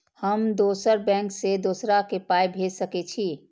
हम दोसर बैंक से दोसरा के पाय भेज सके छी?